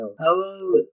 Hello